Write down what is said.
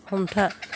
हमथा